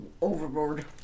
overboard